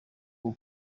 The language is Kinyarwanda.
ubu